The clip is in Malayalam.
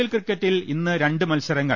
എൽ ക്രിക്കറ്റിൽ ഇന്ന് രണ്ട് മത്സരങ്ങൾ